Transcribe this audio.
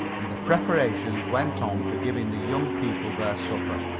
and the preparations went on for giving the young people their supper.